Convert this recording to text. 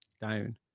down